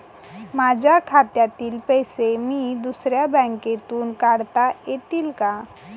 माझ्या खात्यातील पैसे मी दुसऱ्या बँकेतून काढता येतील का?